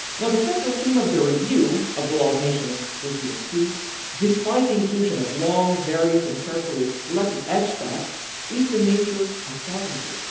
you know the central theme of the review of the law of nations, which you will see despite the inclusion of long various and carefully selected extracts is the nature of sovereignty,